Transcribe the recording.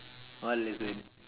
what lesson